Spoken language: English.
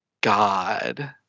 God